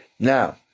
Now